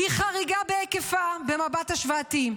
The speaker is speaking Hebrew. היא חריגה בהיקפה במבט השוואתי.